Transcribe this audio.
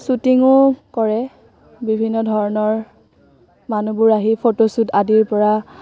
শ্বুটিঙো কৰে বিভিন্ন ধৰণৰ মানুহবোৰ আহি ফটো শ্বুট আদিৰ পৰা